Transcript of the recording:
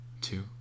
two